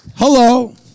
hello